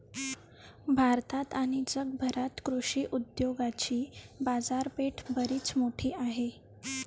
भारतात आणि जगभरात कृषी उद्योगाची बाजारपेठ बरीच मोठी आहे